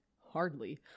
Hardly